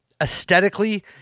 aesthetically